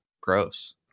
gross